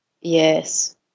Yes